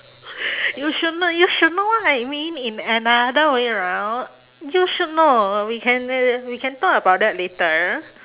you should know you should know what I mean in another way round you should know we can uh we can talk about that later